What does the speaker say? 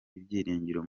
ibyiringiro